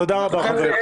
תודה, חברים.